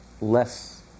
less